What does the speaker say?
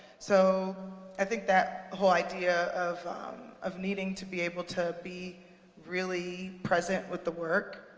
so i think that whole idea of of needing to be able to be really present with the work